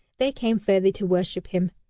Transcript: they came fairly to worship him.